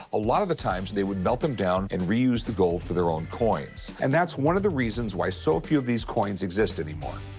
a lot of the times, they would melt them down and reuse the gold for their own coins. and that's one of the reasons why so few of these coins exist anymore.